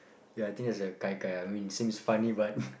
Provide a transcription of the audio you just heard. ya I think there's a kai kai I mean seems funny but